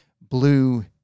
blue